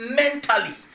mentally